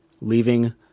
leaving